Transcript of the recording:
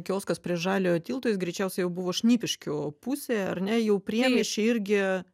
kioskas prie žaliojo tilto jis greičiausiai jau buvo šnipiškių pusėje ar ne jau priemiesčiai irgi